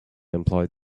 employed